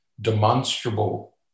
demonstrable